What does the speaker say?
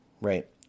right